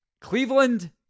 Cleveland